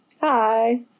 Hi